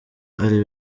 ari